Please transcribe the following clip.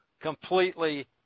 completely